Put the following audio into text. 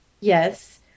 Yes